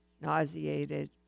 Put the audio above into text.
nauseated